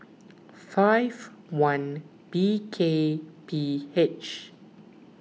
five one B K P H